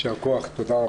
יישר כוח, תודה רבה.